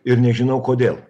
ir nežinau kodėl